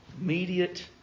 Immediate